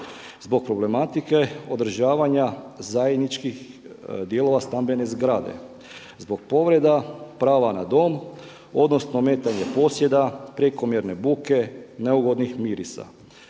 Zbog problematike održavanja zajedničkih dijelova stambene zgrade, zbog povreda prava na dom odnosno ometanje posjeda, prekomjerne buke, neugodnih mirisa.